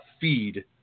feed